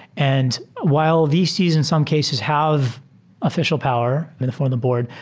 and while vcs in some cases have official power before the board,